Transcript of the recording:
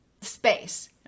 space